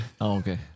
okay